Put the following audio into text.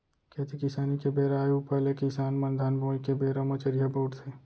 खेती किसानी के बेरा आय ऊपर ले किसान मन धान बोवई के बेरा म चरिहा बउरथे